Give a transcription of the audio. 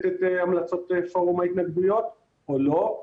את המלצות פורום ההתנגדויות או לא.